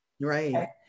Right